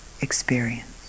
experience